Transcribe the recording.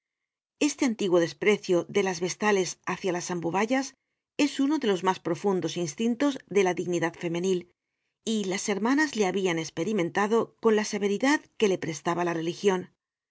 este antiguo desprecio de las vestales hácia las ambubayas es uno de los mas profundos instintos de la dignidad femenil y las hermanas le habian esperimentado con la severidad que le prestaba la religion